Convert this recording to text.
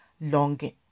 longing